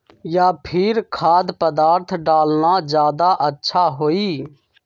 या फिर खाद्य पदार्थ डालना ज्यादा अच्छा होई?